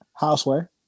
Houseware